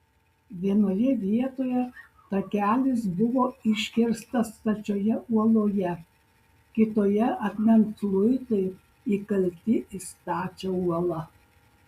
vienoje vietoje takelis buvo iškirstas stačioje uoloje kitoje akmens luitai įkalti į stačią uolą